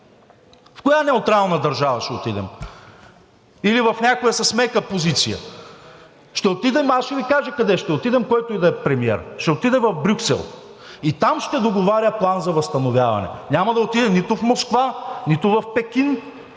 В коя неутрална държава ще отидем? Или в някоя с мека позиция? Ще отидем – аз ще Ви кажа къде ще отидем, който и да е премиер, ще отиде в Брюксел и там ще договаря План за възстановяване. Няма да отиде нито в Москва, нито в Пекин,